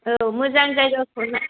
औ मोजां जायगाखौ